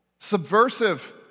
subversive